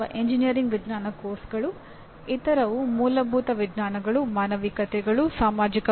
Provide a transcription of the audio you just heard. NAAC ಎಂದರೆ ರಾಷ್ಟ್ರೀಯ ಮೌಲ್ಯಮಾಪನ ಮತ್ತು ಮಾನ್ಯತೆ ಮಂಡಳಿ